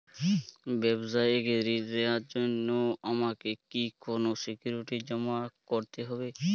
ব্যাবসায়িক ঋণ নেওয়ার জন্য আমাকে কি কোনো সিকিউরিটি জমা করতে হবে?